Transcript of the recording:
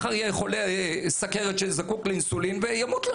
מחר יהיה חולה סוכרת שזקוק לאינסולין והוא ימות.